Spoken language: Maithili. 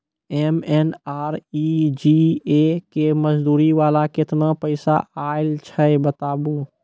एम.एन.आर.ई.जी.ए के मज़दूरी वाला केतना पैसा आयल छै बताबू?